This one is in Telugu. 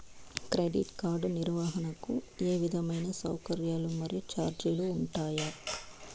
క్రెడిట్ కార్డు నిర్వహణకు ఏ విధమైన సౌకర్యాలు మరియు చార్జీలు ఉంటాయా?